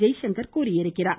ஜெய்சங்கர் தெரிவித்திருக்கிறார்